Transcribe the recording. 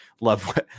love